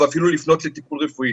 ואפילו לפנות לטיפול רפואי,